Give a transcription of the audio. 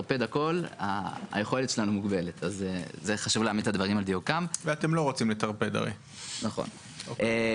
בחודשים האחרונים עלו כמה הצעות לתקצוב בהנהלת הקרן ואושרו ותמכנו בהן.